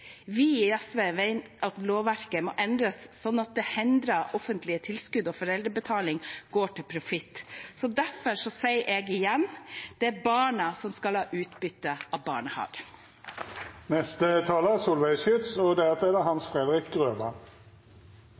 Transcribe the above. Vi i SV mener at lovverket må endres sånn at det hindrer at offentlige tilskudd og foreldrebetaling går til profitt. Derfor sier jeg igjen: Det er barna som skal ha utbytte av barnehagen. Venstre er opptatt av at alle barn skal få en god start og